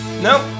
Nope